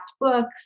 books